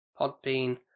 Podbean